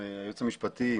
עם היועץ המשפטי,